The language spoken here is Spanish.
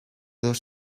dos